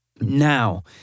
Now